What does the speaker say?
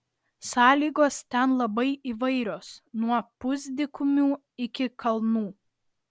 sąlygos ten labai įvairios nuo pusdykumių iki kalnų